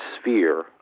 sphere